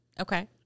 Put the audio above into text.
Okay